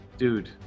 Dude